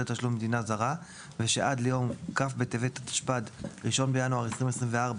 תשלום במדינה זרה ושעד ליום כ' בטבת התשפ"ד (1 בינואר 2024)